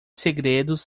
segredos